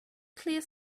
clear